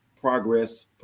progress